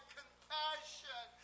compassion